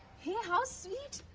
hey, how sweet.